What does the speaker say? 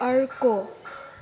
अर्को